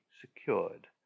secured